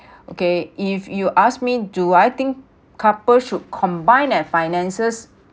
okay if you ask me do I think couple should combine their finances